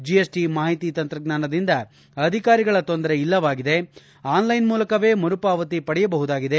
GST ಮಾಹಿತಿ ತಂತ್ರಜ್ಞಾನದಿಂದ ಅಧಿಕಾರಿಗಳ ತೊಂದರೆ ಇಲ್ಲವಾಗಿ ಆನ್ಲೈನ್ ಮೂಲಕವೇ ಮರುಪಾವತಿ ಪಡೆಯಬಹುದಾಗಿದೆ